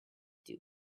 dew